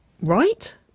Right